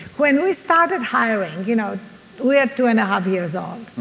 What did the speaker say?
when we started hiring, you know we are two and a half years old,